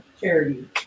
charity